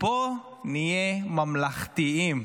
פה נהיה ממלכתיים.